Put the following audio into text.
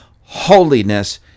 holiness